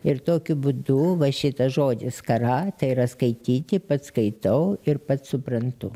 ir tokiu būdu va šitas žodis kara tai yra skaityti pats skaitau ir pats suprantu